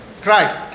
Christ